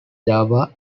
java